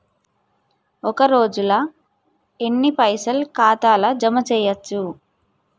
ఒక రోజుల ఎన్ని పైసల్ ఖాతా ల జమ చేయచ్చు?